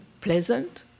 pleasant